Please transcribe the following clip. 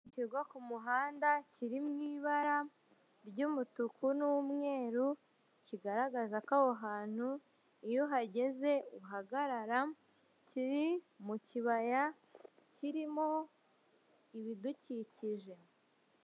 Gishyirwa ku muhanda kiri mu ibara ry'umutuku n'umweru kigaragaza ko aho hantu iyo uhageze uhagarara kiri mu kibaya kirimo ibidukikije.